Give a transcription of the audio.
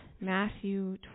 Matthew